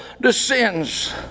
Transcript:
descends